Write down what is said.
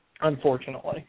unfortunately